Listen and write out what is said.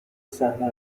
صحنه